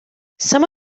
some